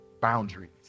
boundaries